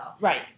Right